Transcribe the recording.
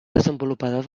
desenvolupador